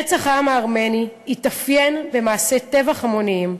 רצח העם הארמני התאפיין במעשי טבח המוניים,